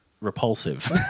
repulsive